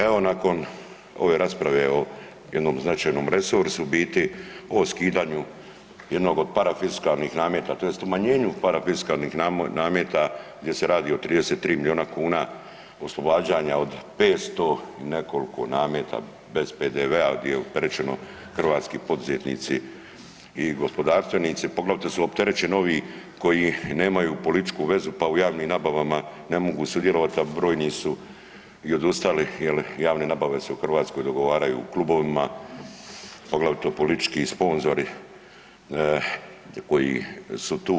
Evo nakon ove rasprave o jednom značajnom resursu o biti o skidanju jednog od parafiskalnih nameta, tj. umanjenju parafiskalnih nameta gdje se radi o 33 milijuna kuna oslobađanja od 500 i nekoliko nameta bez PDV-a gdje je opterećeno hrvatski poduzetnici i gospodarstvenici, poglavito su opterećeni ovi koji nemaju političku vezu pa u javnim nabavama ne mogu sudjelovati a brojni su i odustali jer javne nabave se u Hrvatskoj dogovaraju u klubovima poglavito politički sponzori koji su tu.